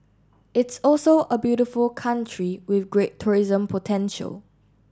it's also a beautiful country with great tourism potential